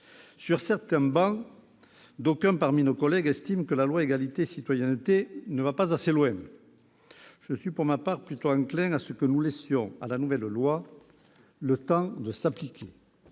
Sur certaines travées, d'aucuns parmi nos collègues estiment que la loi Égalité et citoyenneté ne va pas assez loin. Je suis, pour ma part, plutôt enclin à laisser à la nouvelle loi le temps de s'appliquer.